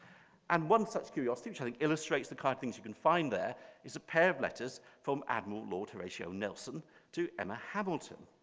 and one such curiosity which i think illustrates the kind of things you can find there is a pair of letters from admiral lord horatio nelson to emma hamilton.